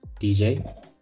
dj